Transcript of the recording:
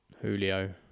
Julio